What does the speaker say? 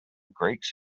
greeks